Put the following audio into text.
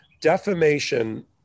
Defamation